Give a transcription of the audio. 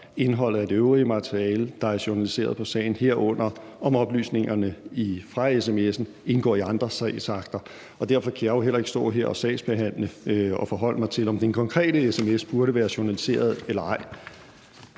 indholdet af det øvrige materiale, der er journaliseret på sagen, herunder om oplysningerne fra sms'en indgår i andre sagsakter. Derfor kan jeg jo heller ikke stå her og sagsbehandle og forholde mig til, om den konkrete sms burde være blevet journaliseret eller ej.